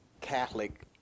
Catholic